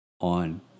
on